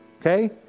okay